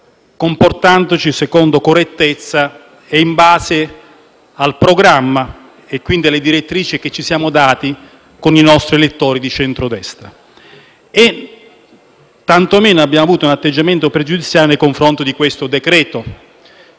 comportandoci secondo correttezza e in base al programma, e quindi alla direttrice che ci siamo dati con i nostri elettori di centrodestra. Tanto meno abbiamo avuto un atteggiamento pregiudiziale nei confronti di questo decreto-legge,